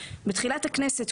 שבתחילת הכנסת,